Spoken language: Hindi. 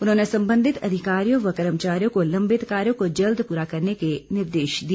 उन्होंने संबंधित अधिकारियों व कर्मचारियों को लंबित कार्यों को जल्द पूरा करने के निर्देश दिए